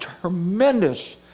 tremendous